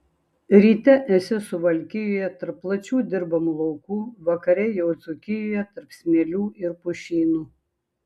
ryte esi suvalkijoje tarp plačių dirbamų laukų vakare jau dzūkijoje tarp smėlių ir pušynų